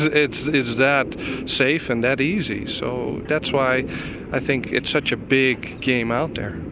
it's it's that safe and that easy. so that's why i think it's such a big game out there.